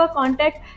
contact